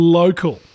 local